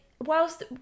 whilst